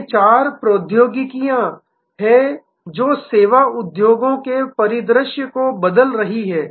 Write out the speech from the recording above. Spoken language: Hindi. ये चार प्रौद्योगिकियां हैं जो सेवा उद्योगों के परिदृश्य को बदल रही हैं